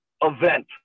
event